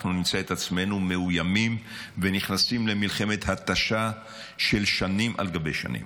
אנחנו נמצא את עצמנו מאוימים ונכנסים למלחמת התשה של שנים על גבי שנים.